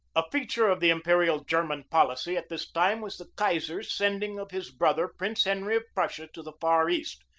a feature of the imperial german policy at this time was the kaiser's sending of his brother prince henry of prussia to the far east,